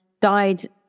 died